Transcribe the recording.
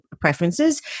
preferences